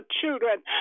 children